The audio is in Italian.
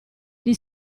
gli